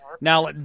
now